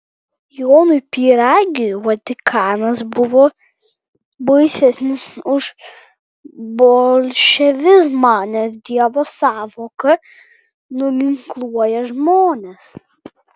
jonui pyragiui vatikanas buvo baisesnis už bolševizmą nes dievo sąvoka nuginkluoja žmones